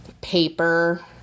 paper